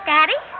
Daddy